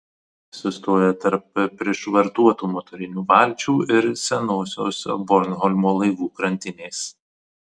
sustoja tarp prišvartuotų motorinių valčių ir senosios bornholmo laivų krantinės